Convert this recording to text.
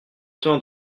temps